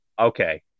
Okay